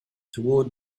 toward